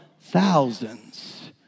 thousands